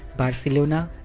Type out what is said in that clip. barcelona,